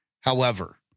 however-